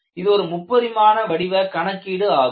இது ஒரு முப்பரிமாண வடிவ கணக்கீடு ஆகும்